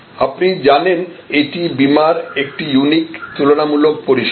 আপনি জানেন এটি বীমার একটি ইউনিক তুলনামূলক পরিষেবা